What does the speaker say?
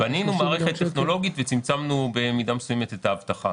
בנינו מערכת טכנולוגית וצמצמנו במידה מסוימת את האבטחה.